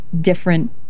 different